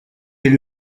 est